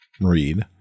read